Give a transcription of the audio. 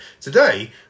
Today